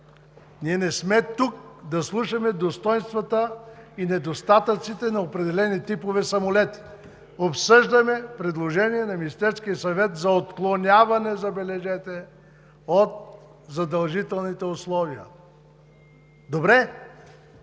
Ние не сме тук да слушаме достойнствата и недостатъците на определени типове самолети. Обсъждаме предложение на Министерския съвет за отклоняване, забележете, от задължителните условия. Добре